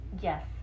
Yes